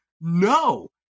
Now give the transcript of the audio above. No